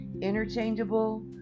interchangeable